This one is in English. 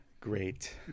great